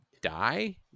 die